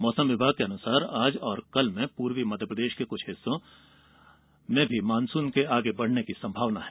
मौसम विभाग के अनुसार आज और कल में पूर्वी मध्यप्रदेश के कुछ और हिस्सों में मानसून के आगे बढ़ने की संभावना है